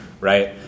right